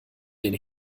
den